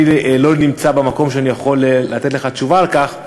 אני לא נמצא במקום שאני יכול לתת לך תשובה על כך.